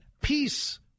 peace